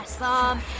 awesome